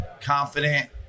confident